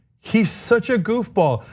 he's such a goofball.